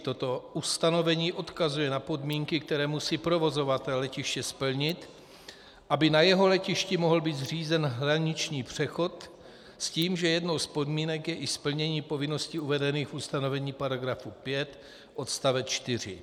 Toto ustanovení odkazuje na podmínky, které musí provozovatel letiště splnit, aby na jeho letišti mohl být zřízen hraniční přechod, s tím, že jednou z podmínek je i splnění povinností uvedených v ustanovení § 5 odst. 4.